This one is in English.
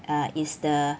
err is the